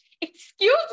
Excuse